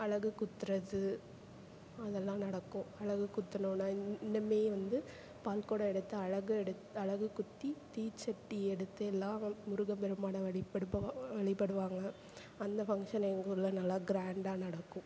அலகு குத்துறது அது எல்லாம் நடக்கும் அலகு குத்தணும்னா இந்த மே வந்து பால்குடம் எடுத்து அலகு எடுத்து அலகு குத்தி தீச்சட்டி எடுத்து எல்லோரும் முருக பெருமானை வழிபடுபவா வழிபடுவாங்க அந்த ஃபங்க்ஷன் எங்கள் ஊரில் நல்லா கிராண்டாக நடக்கும்